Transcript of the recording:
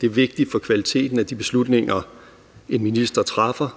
Det er vigtigt for kvaliteten af de beslutninger, en minister træffer,